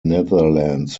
netherlands